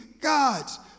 God's